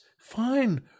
fine